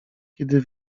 kiedy